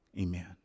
Amen